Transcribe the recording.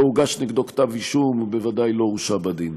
לא הוגש נגדו כתב אישום ובוודאי לא הורשע בדין.